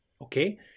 Okay